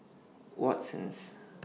Watsons